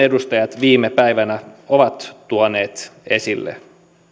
edustajat viime päivinä ovat tuoneet esille